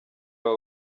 aba